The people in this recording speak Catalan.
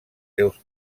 seus